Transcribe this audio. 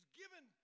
given